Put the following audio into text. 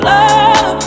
Love